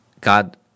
God